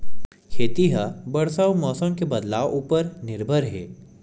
खेती हा बरसा अउ मौसम के बदलाव उपर निर्भर हे